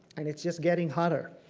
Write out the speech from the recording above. and it's just getting hotter.